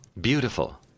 beautiful